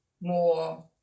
more